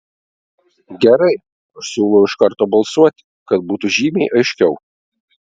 gerai aš siūlau iš karto balsuoti kad būtų žymiai aiškiau